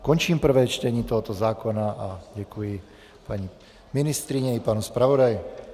Končím prvé čtení tohoto zákona a děkuji paní ministryni i panu zpravodaji.